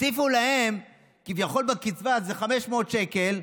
הוסיפו להם בקצבה כביכול איזה 500 שקל,